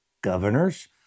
governors